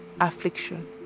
affliction